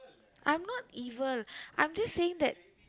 I'm not evil I'm just saying that